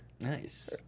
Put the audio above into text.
nice